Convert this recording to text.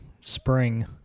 spring